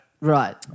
Right